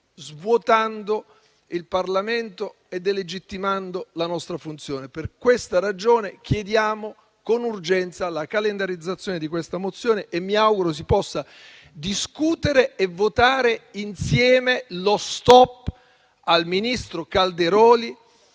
svuotando il Parlamento e delegittimando la nostra funzione. Per questa ragione, chiediamo con urgenza la calendarizzazione di questa mozione. Io mi auguro si possa discutere e votare insieme lo stop al ministro Calderoli